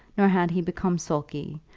nor had he become sulky,